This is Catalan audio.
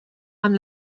amb